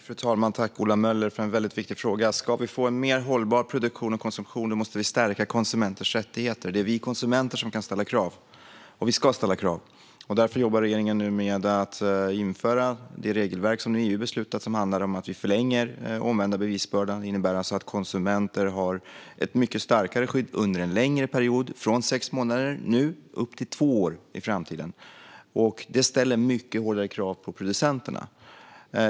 Fru talman! Jag tackar Ola Möller för en viktig fråga. Ska vi få en mer hållbar produktion och konsumtion måste vi stärka konsumenters rättigheter. Det är vi konsumenter som kan ställa krav, och vi ska ställa krav. Därför jobbar regeringen nu med att införa det regelverk som EU beslutat om och som handlar om att förlänga den omvända bevisbördan. Det innebär att konsumenternas skydd förlängs från dagens sex månader upp till två år i framtiden, vilket ställer mycket hårdare krav på producenterna.